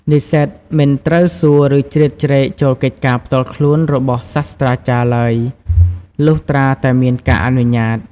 និស្សិតមិនត្រូវសួរ ឬជ្រៀតជ្រែកចូលកិច្ចការផ្ទាល់ខ្លួនរបស់សាស្រ្តាចារ្យឡើយ លុះត្រាតែមានការអនុញ្ញាត។